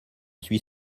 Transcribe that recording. suis